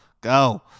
Go